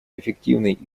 эффективный